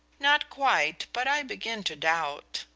not quite, but i begin to doubt.